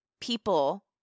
people